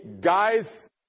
guys